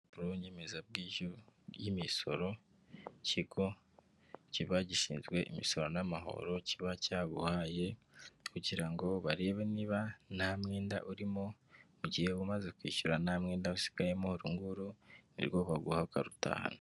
Urupapuro ruriho inyemezabwishyu y'imisoro, ikigo kiba gishinzwe imisoro n'amahoro kiba cyaguhaye kugira ngo barebe niba nta mwenda urimo, mu gihe umaze kwishyura nta mwenda usigayemo uru nguru nirwo baguha ukarutahana.